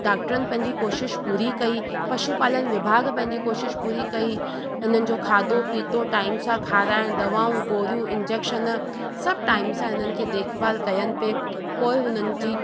डाक्टरनि पंहिंजी कोशिशि पूरी कई पशु पालन विभाग पंहिंजी कोशिशि पूरी कई इन्हनि जो खाधो पीतो टाइम सां खाराइण दवाऊं गोरियूं इंजेक्शन सभु टाइम सां इन्हनि खे देखभालु कयनि पिया पोइ हुननि जी